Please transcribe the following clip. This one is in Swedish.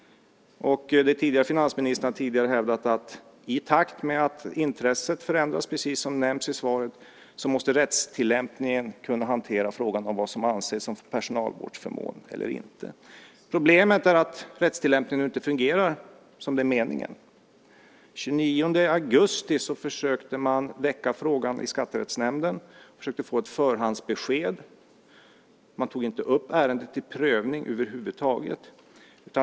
Den förre finansministern har tidigare hävdat att i takt med att intresset förändras, precis som nämns i svaret, måste rättstillämpningen kunna hantera frågan om vad som anses som personalvårdsförmån eller inte. Problemet är att rättstillämpningen inte fungerar som det är meningen. Den 29 augusti försökte man väcka frågan i skatterättsnämnden och försökte få ett förhandsbesked. Ärendet togs inte upp till prövning över huvud taget.